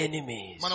Enemies